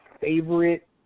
favorite